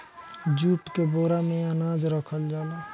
jute के बोरा में अनाज रखल जाला